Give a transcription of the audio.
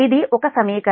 ఇది ఒక సమీకరణం